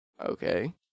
Okay